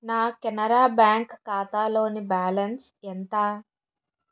నా కెనరా బ్యాంక్ ఖాతాలోని బ్యాలన్స్ ఎంత